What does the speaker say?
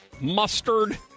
mustard